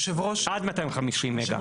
עד 250 מגה.